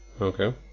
Okay